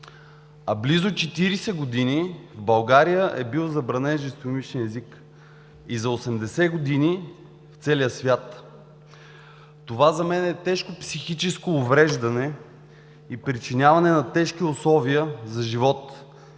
а близо 40 години в България е бил забранен жестомимичният език и за 80 години – в целия свят. За мен това е тежко психическо увреждане и причиняване на тежки условия за живот.